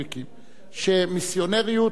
שמיסיונריות היא עבירה על החוק.